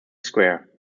square